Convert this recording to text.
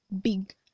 big